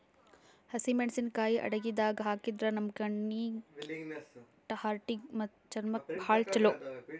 ಹಸಿಮೆಣಸಿಕಾಯಿ ಅಡಗಿದಾಗ್ ಹಾಕಿದ್ರ ನಮ್ ಕಣ್ಣೀಗಿ, ಹಾರ್ಟಿಗಿ ಮತ್ತ್ ಚರ್ಮಕ್ಕ್ ಭಾಳ್ ಛಲೋ